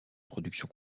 production